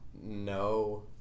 No